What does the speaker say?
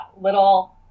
little